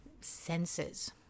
senses